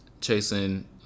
chasing